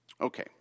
Okay